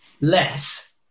less